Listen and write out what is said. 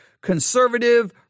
conservative